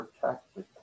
protected